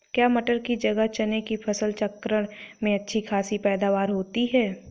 क्या मटर की जगह चने की फसल चक्रण में अच्छी खासी पैदावार होती है?